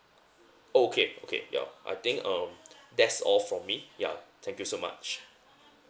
oh okay okay yeah I think um that's all from me ya thank you so much